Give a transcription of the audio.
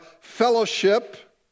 fellowship